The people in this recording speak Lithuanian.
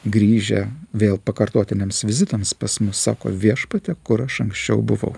grįžę vėl pakartotiniams vizitams pas mus sako viešpatie kur aš anksčiau buvau